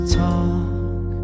talk